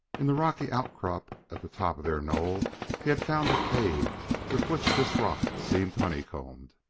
in the rocky outcrop at the top of their knoll he had found a cave with which this rock seemed honeycombed.